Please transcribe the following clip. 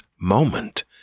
moment